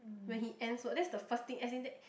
when he ends work that's the first thing as in that